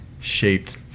shaped